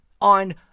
on